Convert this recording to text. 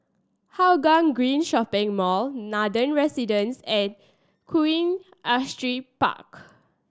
Hougang Green Shopping Mall Nathan Residences and Queen Astrid Park